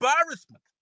embarrassment